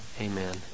Amen